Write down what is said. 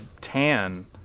tan